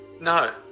No